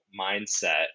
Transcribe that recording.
mindset